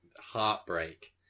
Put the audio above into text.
heartbreak